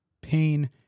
pain